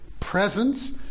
Presence